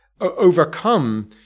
overcome